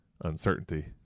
uncertainty